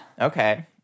Okay